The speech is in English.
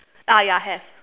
ah ya have